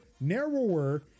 narrower